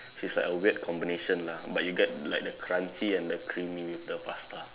which is like a weird combination lah but you get like the crunchy and the creamy the pasta